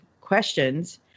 questions